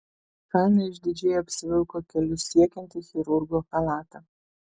hana išdidžiai apsivilko kelius siekiantį chirurgo chalatą